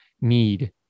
need